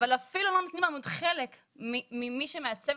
אבל אפילו לא נתנו להיות חלק ממי שמעצב